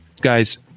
Guys